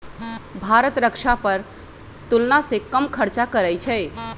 भारत रक्षा पर तुलनासे कम खर्चा करइ छइ